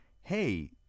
hey